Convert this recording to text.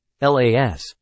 LAS